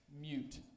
mute